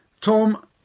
Tom